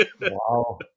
Wow